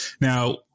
Now